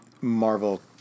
Marvel